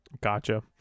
Gotcha